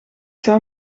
zou